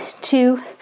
two